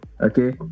okay